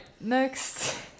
next